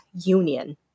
Union